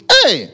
Hey